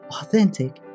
authentic